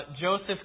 Joseph